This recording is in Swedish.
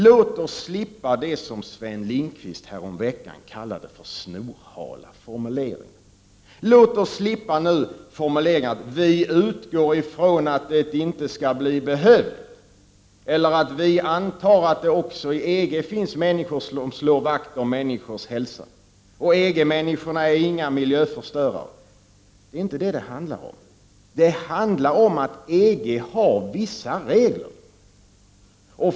Låt oss slippa sådant som Sven Lindqvist häromveckan kallade för snorhala formuleringar. Låt oss slippa formuleringar av typen: Vi utgår ifrån att det inte skall bli tilllämpligt, vi antar att det också i EG finns människor som slår vakt om människors hälsa och EG-människorna är inga miljöförstörare. Det handlar inte om detta. Det handlar om att EG har vissa regler.